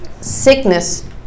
Sickness